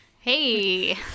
hey